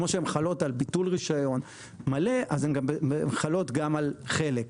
כמו שהן חלות על ביטול רישיון מלא אז הן גם חלות גם על חלק,